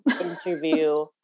interview